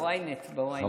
ב-ynet, ב-ynet.